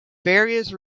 various